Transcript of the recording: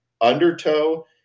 Undertow